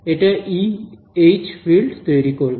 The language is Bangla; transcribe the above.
এটা ই এইচ ফিল্ড তৈরি করবে